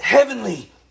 heavenly